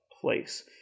place